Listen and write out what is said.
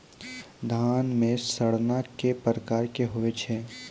धान म सड़ना कै प्रकार के होय छै?